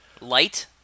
light